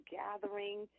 gathering